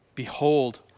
Behold